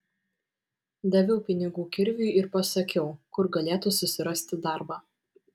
daviau pinigų kirviui ir pasakiau kur galėtų susirasti darbą